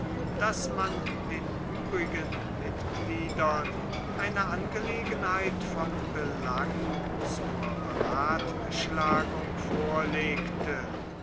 daß man den übrigen mitgliedern eine angelegenheit von belang zur beratschlagung vorlegte